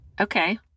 Okay